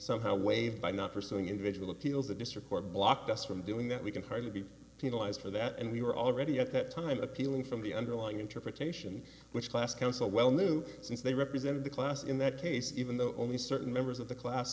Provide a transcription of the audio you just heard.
somehow waived by not pursuing individual appeals the district court blocked us from doing that we can hardly be penalized for that and we were already at that time appealing from the underlying interpretation which class counsel well knew since they represented the class in that case even though only certain members of the class